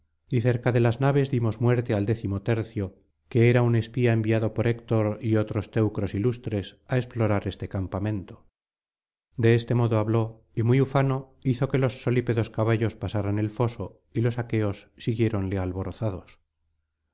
y cerca de las naves dimos muerte al decimotercio que era un espía enviado por héctor y otros teucros ilustres á explorar este campamento de este modo habló y muy ufano hizo que los solípedos caballos pasaran el foso y los aqueos siguiéronle alborozados